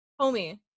homie